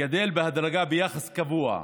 גדל בהדרגה ביחס קבוע,